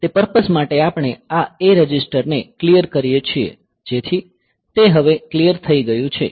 તે પર્પઝ માટે આપણે આ A રજિસ્ટરને ક્લીયર કરીએ છીએ જેથી તે હવે ક્લીયર થઈ ગયું છે